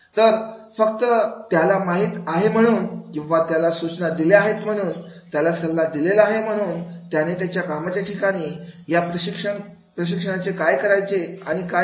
तर फक्त त्याला माहिती आहे म्हणून किंवा त्याला सूचना दिलेल्या आहेत म्हणून त्याला सल्ला दिलेला आहे म्हणून त्याने त्याच्या कामाचे ठिकाण या प्रशिक्षणाचे काय करायचे आणि काय नाही